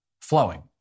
flowing